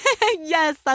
Yes